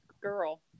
girl